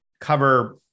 cover